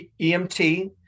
EMT